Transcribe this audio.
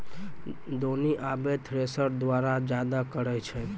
दौनी आबे थ्रेसर द्वारा जादा करै छै